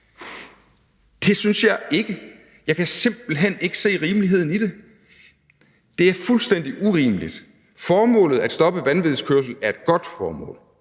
Det synes jeg ikke. Jeg kan simpelt hen ikke se rimeligheden i det. Det er fuldstændig urimeligt. Formålet med at stoppe vanvidskørsel er et godt formål,